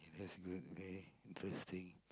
that's good okay interesting